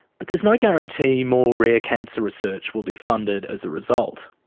but there's no guarantee more rare cancer research will be funded as a result.